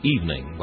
Evening